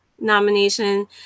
nomination